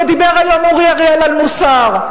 ודיבר היום אורי אריאל על מוסר,